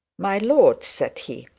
my lord said he,